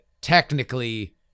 technically